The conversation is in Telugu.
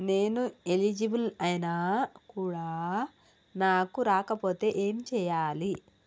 నేను ఎలిజిబుల్ ఐనా కూడా నాకు రాకపోతే ఏం చేయాలి?